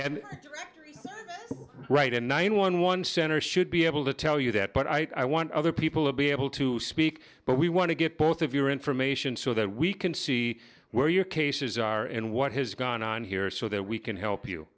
and right in nine one one center should be able to tell you that but i want other people to be able to speak but we want to get both of your information so that we can see where your cases are and what has gone on here so that we can help